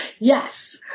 Yes